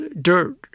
dirt